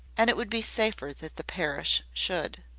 and it would be safer that the parish should.